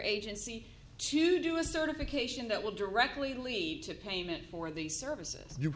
agency to do a certification that will directly lead to payment for the services you